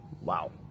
Wow